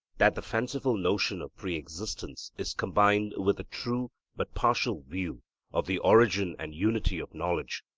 that the fanciful notion of pre-existence is combined with a true but partial view of the origin and unity of knowledge,